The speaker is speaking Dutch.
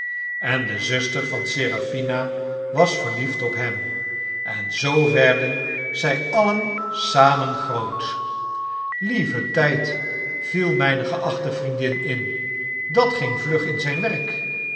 en de zuster van seraphina was verliefd op hem en zoo werden zg alien samen groot lieve tgd viel mpe geachte vriendin in dat ging vlug in zijn werk